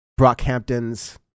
Brockhampton's